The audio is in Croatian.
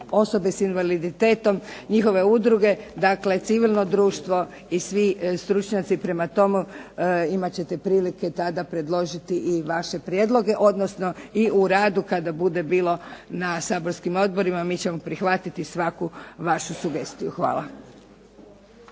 osobe s invaliditetom, civilne udruge, njihove udruge, civilno društvo i svi stručnjaci. Prema tome, imat ćete prilike tada predložiti i vaše prijedloge odnosno i u radu kada bude bilo na saborskim odborima mi ćemo prihvatiti svaku vašu sugestiju. Hvala.